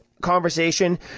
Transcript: conversation